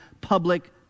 public